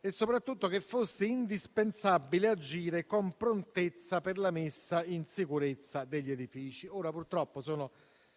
e soprattutto che fosse indispensabile agire con prontezza per la messa in sicurezza degli edifici.